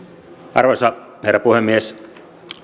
arvoisa herra puhemies